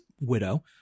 widow